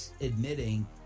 admitting